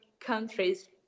countries